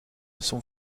son